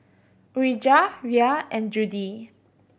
Urijah Rhea and Judy